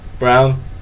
Brown